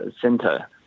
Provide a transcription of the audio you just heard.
center